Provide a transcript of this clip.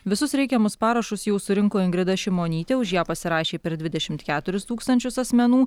visus reikiamus parašus jau surinko ingrida šimonytė už ją pasirašė per dvidešimt keturis tūkstančius asmenų